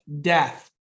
death